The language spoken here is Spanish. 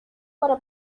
para